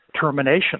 termination